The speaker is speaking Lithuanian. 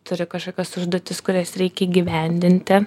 turi kažkokias užduotis kurias reikia įgyvendinti